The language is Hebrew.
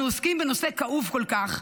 אנחנו עוסקים בנושא כאוב כל כך,